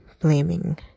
blaming